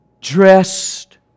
dressed